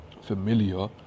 familiar